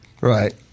Right